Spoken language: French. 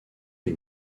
les